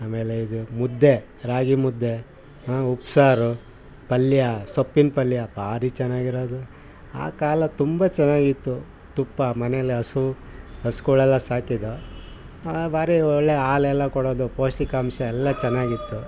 ಆಮೇಲೆ ಇದು ಮುದ್ದೆ ರಾಗಿ ಮುದ್ದೆ ಉಪ್ಸಾರು ಪಲ್ಯ ಸೊಪ್ಪಿನ ಪಲ್ಯ ಭಾರಿ ಚೆನ್ನಾಗಿರೋದು ಆ ಕಾಲ ತುಂಬ ಚೆನ್ನಾಗಿತ್ತು ತುಪ್ಪ ಮನೆಯಲ್ಲೆ ಹಸು ಹಸ್ಗುಳೆಲ್ಲ ಸಾಕಿದ್ವು ಬಾರಿ ಒಳ್ಳೆಯ ಹಾಲೆಲ್ಲ ಕೊಡೋದು ಪೌಷ್ಟಿಕಾಂಶ ಎಲ್ಲ ಚೆನ್ನಾಗಿತ್ತು